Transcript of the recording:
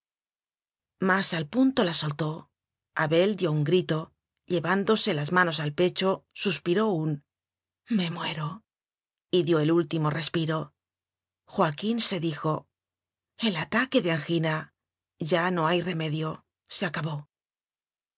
mas al punto las soltó abel dió un grito llevándose las manos al pecho suspiró un me muero y dió el último respiro joaquín se dijo el ataque de angina ya no hay remedio se acabó